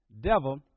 devil